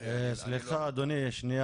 לשמעון טוויטו,